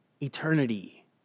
eternity